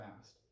fast